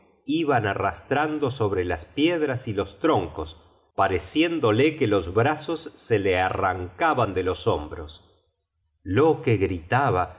iban arrastrando sobre las piedras y los troncos pareciéndole que los brazos se le arrancaban de los hombros loke gritaba